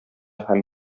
һәм